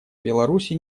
беларуси